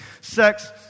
Sex